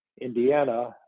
Indiana